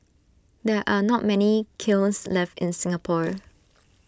there are not many kilns left in Singapore